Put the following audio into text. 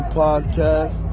podcast